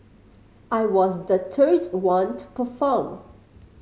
I was the third one to perform